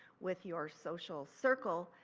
with your social circle,